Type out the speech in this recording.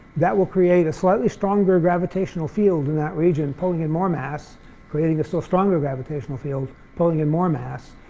that will create a slightly stronger gravitational field in that region pulling in more mass creating a still stronger gravitational field pulling in more mass,